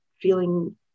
feeling